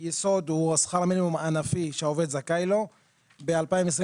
המינימום בענף או לפי דרישות המכרז,